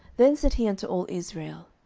then said he unto all israel,